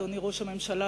אדוני ראש הממשלה,